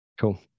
cool